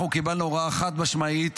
קיבלנו הוראה חד-משמעית